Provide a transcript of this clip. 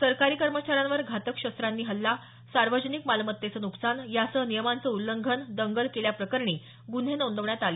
सरकारी कर्मचाऱ्यांवर घातक शस्त्रांनी हल्ला सार्वजनिक मालमत्तेचं नुकसान यासह नियमांचं उल्लंघन दंगल केल्याप्रकरणी गुन्हे नोंदवण्यात आले